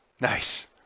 Nice